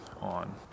on